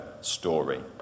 story